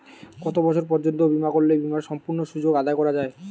কত বছর পর্যন্ত বিমা করলে বিমার সম্পূর্ণ সুযোগ আদায় করা য়ায়?